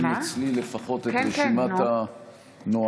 אין, אצלי לפחות, רשימת נואמים.